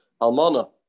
Almana